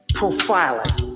profiling